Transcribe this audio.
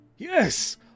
Yes